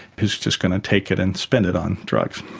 who's just going to take it and spend it on drugs.